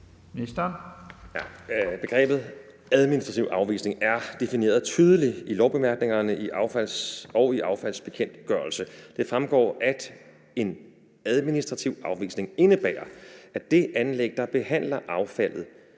Begrebet administrativ afvisning er defineret tydeligt i lovbemærkningerne i affaldsbekendtgørelsen. Det fremgår, at en administrativ afvisning indebærer, at det anlæg, der behandler affaldet,